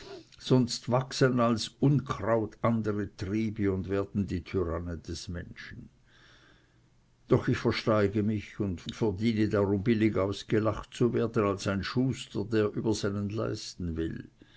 sonst wachsen als unkraut andere triebe und werden die tyrannen des menschen doch ich versteige mich und verdiene darum billig ausgelacht zu werden als ein schuster der über seinen leisten will